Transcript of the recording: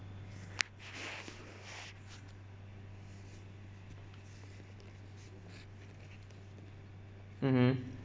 mmhmm